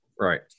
Right